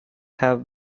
have